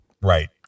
right